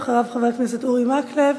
אחריו, חבר הכנסת אורי מקלב,